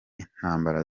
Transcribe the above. intambara